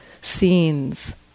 scenes